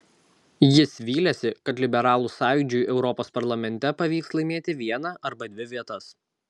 jis vylėsi kad liberalų sąjūdžiui europos parlamente pavyks laimėti vieną arba dvi vietas